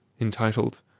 entitled